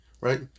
right